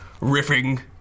riffing